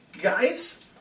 Guys